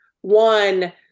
one